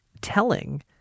telling